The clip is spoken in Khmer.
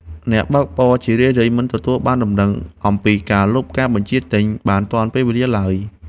អ្នកបើកបរជារឿយៗមិនទទួលបានដំណឹងអំពីការលុបការបញ្ជាទិញបានទាន់ពេលវេលាឡើយ។